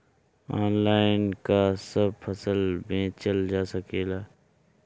Online का सब फसल बेचल जा सकेला?